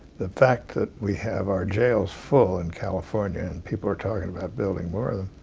the fact that we have our jails full in california and people are talking about building more of them.